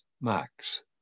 Max